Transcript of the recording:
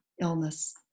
illness